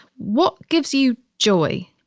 what gives you joy?